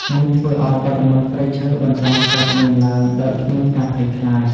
នេះធ្វើឱ្យបទល្មើសព្រៃឈើបន្តកើតមានឡើងដោយគ្មានការភ័យខ្លាច។